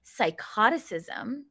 psychoticism